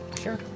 Sure